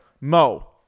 Mo